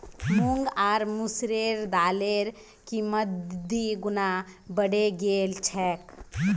मूंग आर मसूरेर दालेर कीमत दी गुना बढ़े गेल छेक